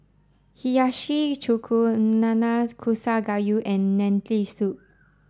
Hiyashi Chuka Nanakusa Gayu and Lentil Soup